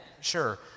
Sure